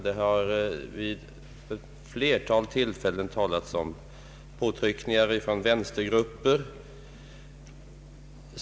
Det har vid ett flertal tillfällen talats om påtryckningar från vänstergrupper.